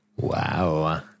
Wow